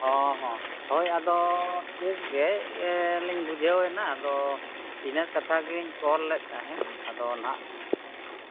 ᱦᱮᱸ ᱦᱮᱸ ᱦᱚᱭ ᱟᱫᱚ ᱴᱷᱤᱠᱜᱮ ᱟᱹᱞᱤᱧ ᱵᱩᱡᱷᱟᱹᱣᱮᱱᱟ ᱟᱫᱚ ᱤᱱᱟᱹ ᱠᱟᱛᱷᱟᱜᱮᱧ ᱠᱚᱞ ᱞᱮᱫ ᱛᱟᱦᱮᱱ ᱟᱫᱚ ᱱᱟᱦᱟᱜ